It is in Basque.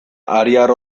ariar